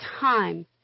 time